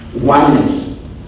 oneness